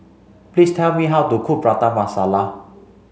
please tell me how to cook Prata Masala